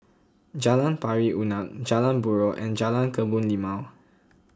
Jalan Pari Unak Jalan Buroh and Jalan Kebun Limau